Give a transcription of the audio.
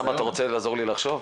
אוסאמה, אתה רוצה לעזור לי לחשוב?